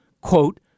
quote